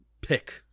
pick